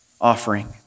offering